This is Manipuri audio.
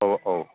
ꯑꯧ ꯑꯧ